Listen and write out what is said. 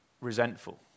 resentful